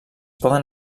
poden